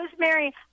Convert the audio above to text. rosemary